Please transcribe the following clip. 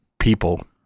people